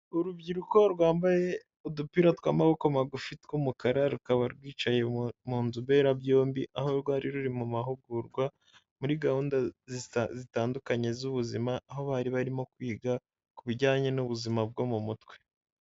Urubyiruko rwambaye udupira tw'amaboko magufi tw'umukara rukaba rwicaye mu nzu mberabyombi aho rwari ruri mu mahugurwa muri gahunda zitandukanye z'ubuzima aho bari barimo kwiga ku bijyanye n'ubuzima bwo mu mutwe.